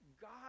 God